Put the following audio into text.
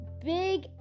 Big